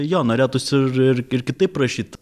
jo norėtųsi ir ir ir kitaip rašyt